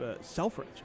Selfridge